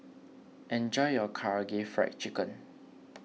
enjoy your Karaage Fried Chicken